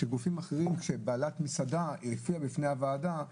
כשבעלת מסעדה הופיעה בפני הוועדה,